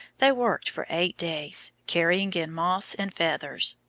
they worked for eight days, carrying in moss and feathers.